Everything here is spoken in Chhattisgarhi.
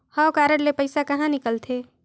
हव कारड ले पइसा कहा निकलथे?